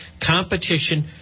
Competition